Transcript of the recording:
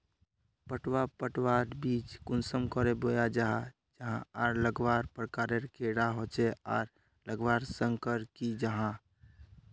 पटवा पटवार बीज कुंसम करे बोया जाहा जाहा आर लगवार प्रकारेर कैडा होचे आर लगवार संगकर की जाहा?